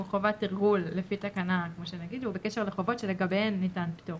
ומחובת תרגול לפי תקנה 26 בקשר לחובות לגביהן ניתן פטור.